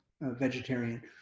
vegetarian